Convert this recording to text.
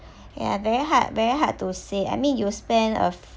ya very hard very hard to say I mean you spend of